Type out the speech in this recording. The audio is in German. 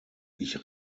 ich